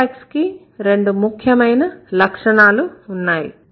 syntax కి రెండు ముఖ్యమైన లక్షణాలు ఉన్నాయి